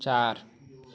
चार